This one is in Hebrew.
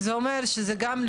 זה אומר שזה גם,